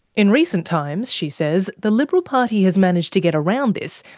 in recent times, she says, the liberal party has managed to get around this,